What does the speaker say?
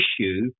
issue